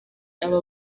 aba